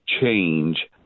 change